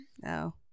No